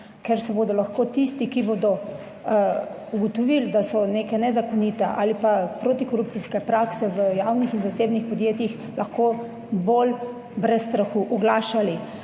ker se bodo lahko tisti, ki bodo ugotovili, da so neke nezakonite ali pa protikorupcijske prakse v javnih in zasebnih podjetjih lahko bolj brez strahu oglašali.